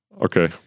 Okay